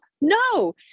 no